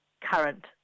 current